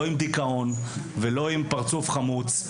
לא עם דיכאון ולא עם פרצוף חמוץ,